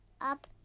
up